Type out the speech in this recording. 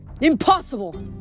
Impossible